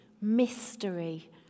mystery